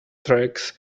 tracks